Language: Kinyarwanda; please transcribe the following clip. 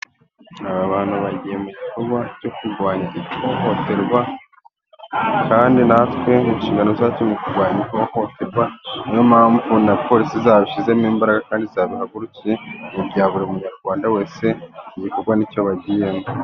Aba bantu bagiye mu gikorwa cyo kurwanya ihohoterwa, kandi natwe ni inshingano zacu mu kurwanya ihohoterwa, niyo mpamvu na polisi zabashyizemo imbaraga kandi izabihagurukiye, mu bya buri Munyarwanda wese. Iki gikorwa ni cyo bagiyemo.